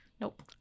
Nope